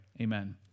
Amen